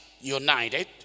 united